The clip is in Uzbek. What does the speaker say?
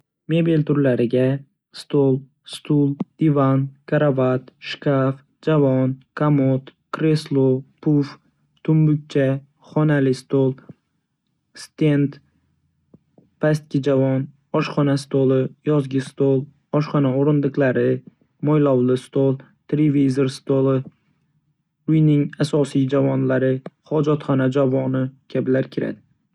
Mebel turlariga: Stol, stul, divan, karavot, shkaf, javon, komod, kreslo, puf, tumbuchka, xona stoli, stend, pastki javon, oshxona stoli, yozgi stol, oshxona o‘rindiqlari, mo‘ylovli stol, televizor stoli, uyning asosiy javonlari, hojatxona javoni kabilar kiradi.